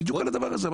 בדיוק על הדבר הזה.